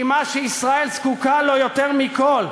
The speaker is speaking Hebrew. כי מה שישראל זקוקה לו יותר מכול,